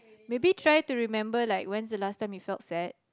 maybe try to remember like when's the last time you felt sad